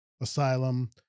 asylum